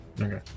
Okay